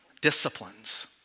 disciplines